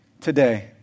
today